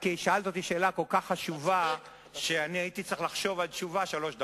שאלת אותי שאלה כל כך חשובה שהייתי צריך לחשוב על תשובה שלוש דקות.